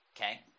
Okay